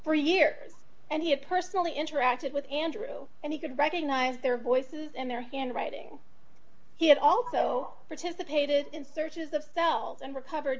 for years and he had personally interacted with andrew and he could recognize their voices and their handwriting he had also participated in searches of cells and recovered